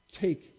Take